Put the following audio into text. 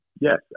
Yes